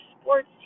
sports